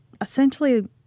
essentially